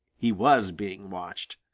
he was being watched.